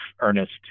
Ernest